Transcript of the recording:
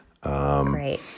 Great